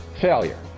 failure